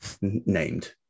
named